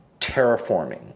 terraforming